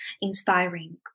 inspiring